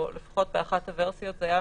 או לפחות באחת הוורסיות, זה היה